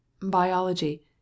biology